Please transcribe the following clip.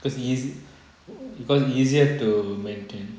cause ea~ cause easier to maintain